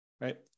right